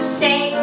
say